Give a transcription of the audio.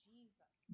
Jesus